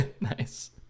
Nice